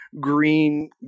green